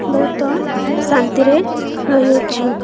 ବହୁତ ଶାନ୍ତିରେ ରହିଅଛୁ